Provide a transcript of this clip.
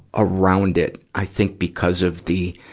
around it, i think, because of the